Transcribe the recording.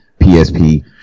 PSP